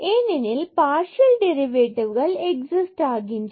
ஏனெனில் partial derivative exist ஆகின்றன